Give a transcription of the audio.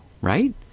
right